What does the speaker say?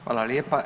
Hvala lijepa.